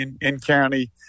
in-county